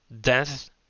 Death